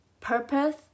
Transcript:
Purpose